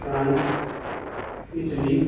France Italy